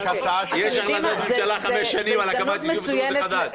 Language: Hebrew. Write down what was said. ----- יש החלטת ממשלה כבר חמש שנים על הקמת יישוב דרוזי חדש.